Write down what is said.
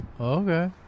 Okay